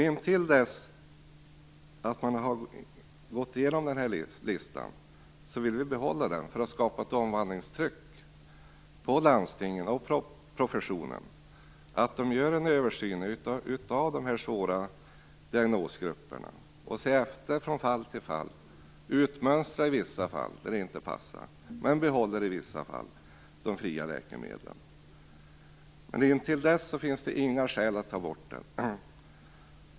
Intill dess att man har gått igenom listan vill Vänsterpartiet behålla den för att skapa ett omvandlingstryck på landstingen och professionen så att de gör en översyn av diagnosgrupperna. De bör kontrollera fall efter fall och utmönstra de fall där detta inte passar, men i vissa fall behålla de fria läkemedlen. Intill dess finns det inga skäl för att ta bort listan.